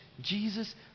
Jesus